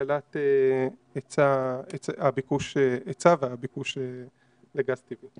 להגדלת ההיצע והביקוש לגז טבעי.